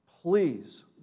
please